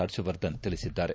ಹರ್ಷವರ್ಧನ್ ತಿಳಿಸಿದ್ದಾರೆ